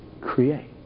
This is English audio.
create